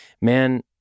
man